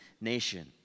nation